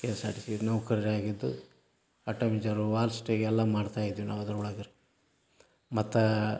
K S R T C ನೌಕರರಾಗಿದ್ದು auto ಮೀಜರು ವಾಲ್ ಸ್ಟೇ ಎಲ್ಲ ಮಾಡ್ತಾಯಿದ್ವಿ ನಾವು ಅದ್ರೊಳಗೆ ಮತ್ತು